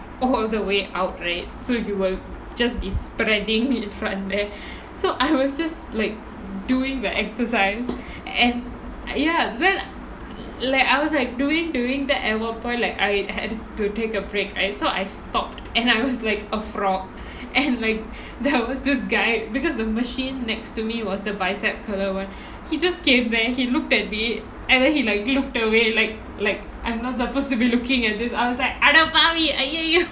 all the way out right so if it will just be spreading in front there so I was just like doing the exercise and ya well like I was like doing doing then at one point like I had to take a break right so I stopped and I I'm not supposed to be looking at this I was like அடப்பாவி:adapaavi !aiyoyo!